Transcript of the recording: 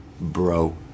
Bro